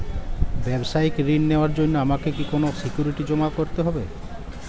ব্যাবসায়িক ঋণ নেওয়ার জন্য আমাকে কি কোনো সিকিউরিটি জমা করতে হবে?